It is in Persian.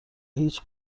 هیچ